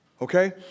Okay